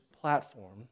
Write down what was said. platform